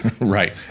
Right